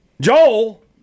Joel